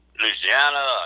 Louisiana